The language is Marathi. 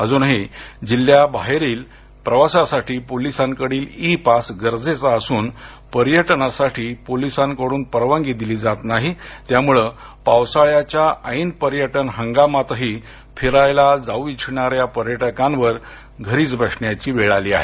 अजूनही जिल्ह्याबाहेरील प्रवासासाठी पोलिसांकडील इ पास गरजेचा असून पर्यटनासाठी पोलिसांकडून परवानगी दिली जात नाही त्यामुळं पावसाळ्याच्या ऐन पर्यटन हंगामातही फिरायला जाऊ इच्छिणाऱ्या पर्यटकांवर घरीच बसण्याची वेळ आली आहे